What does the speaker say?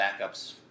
backups